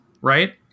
Right